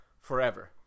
forever